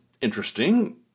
interesting